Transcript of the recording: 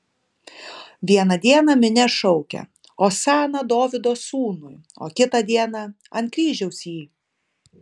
vieną dieną minia šaukia osana dovydo sūnui o kitą dieną ant kryžiaus jį